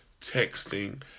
texting